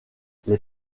les